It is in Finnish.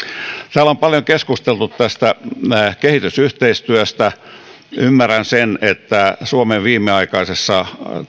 täällä on paljon keskusteltu kehitysyhteistyöstä ymmärrän sen että suomen viimeaikaisessa